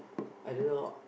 I don't know